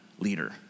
leader